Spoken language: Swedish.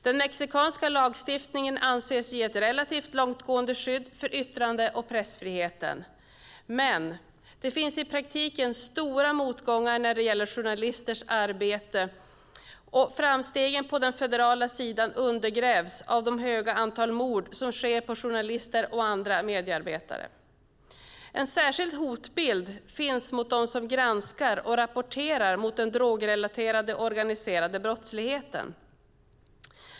Den mexikanska lagstiftningen anses ge ett relativt långtgående skydd för yttrande och pressfriheten. Men det finns i praktiken stora motgångar när det gäller journalisters arbete, och framstegen på den federala sidan undergrävs av det höga antal mord som sker på journalister och andra mediearbetare. En särskild hotbild finns mot dem som granskar och rapporterar om den drogrelaterade organiserade brottsligheten.